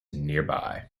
nearby